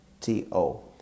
t-o